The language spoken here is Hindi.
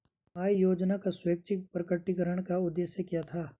आय योजना का स्वैच्छिक प्रकटीकरण का उद्देश्य क्या था?